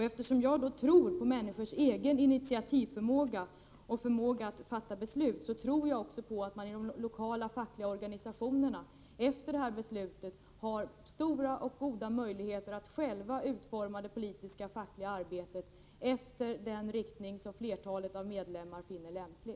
Eftersom jag tror på människors egen initiativförmåga och deras förmåga att fatta beslut, tror jag också på att man inom de lokala fackliga organisationerna efter partikongressens beslut har stora och goda möjligheter att själv utforma det politiska och fackliga arbetet efter den riktning som flertalet medlemmar finner lämplig.